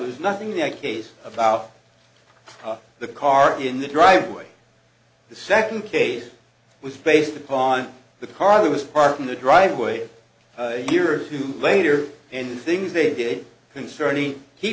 lose nothing in that case about the car in the driveway the second case was based upon the car was parked in the driveway year or two later and things they did